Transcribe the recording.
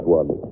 one